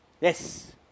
Yes